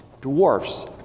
dwarfs